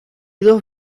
dos